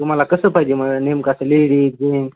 तुम्हाला कसं पाहिजे मग नेमकं आता लेडीज जेंट्स